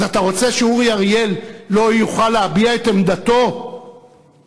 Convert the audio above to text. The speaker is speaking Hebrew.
אז אתה רוצה שאורי אריאל לא יוכל להביע את עמדתו הנחרצת,